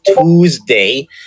Tuesday